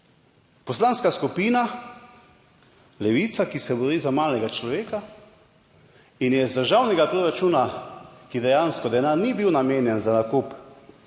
Poslanska skupina Levica, ki se bori za malega človeka in je iz državnega proračuna, ki dejansko denar ni bil namenjen za nakup